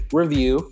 review